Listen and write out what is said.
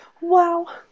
wow